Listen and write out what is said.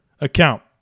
account